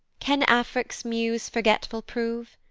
can afric's muse forgetful prove?